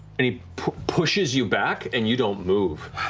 and he pushes you back, and you don't move.